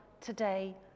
today